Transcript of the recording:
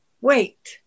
wait